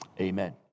Amen